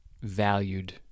valued